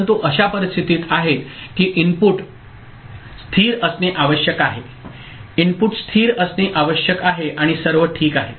परंतु अशा परिस्थितीत आहेत की इनपुट स्थिर असणे आवश्यक आहे इनपुट स्थिर असणे आवश्यक आहे आणि सर्व ठीक आहे